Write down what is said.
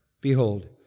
behold